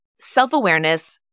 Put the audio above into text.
Self-awareness